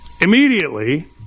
Immediately